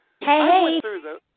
Hey